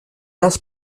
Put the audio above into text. das